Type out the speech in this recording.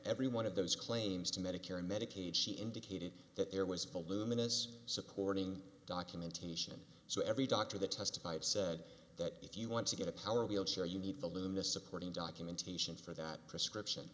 every one of those claims to medicare and medicaid she indicated that there was a luminous supporting documentation so every doctor that testified said that if you want to get a power wheelchair you need to loomis supporting documentation for that prescription